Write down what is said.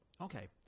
Okay